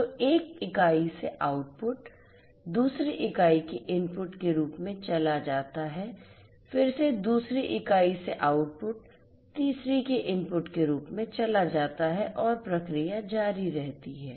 तो एक इकाई से आउटपुट दूसरी इकाई के इनपुट के रूप में चला जाता है फिर से दूसरी इकाई से आउटपुट तीसरे के इनपुट के रूप में चला जाता है और प्रक्रिया जारी रहती है